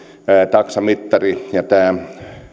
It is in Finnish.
taksamittari ja tämä